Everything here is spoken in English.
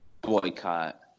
boycott